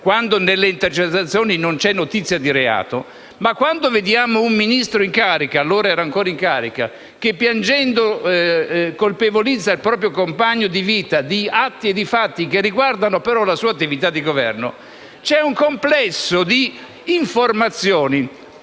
quando in esse non c'è notizia di reato, ma quando vediamo un Ministro in carica (allora era ancora in carica) che, piangendo, colpevolizza il proprio compagno di vita di atti e fatti che riguardano però la sua attività di Governo, c'è un complesso di informazioni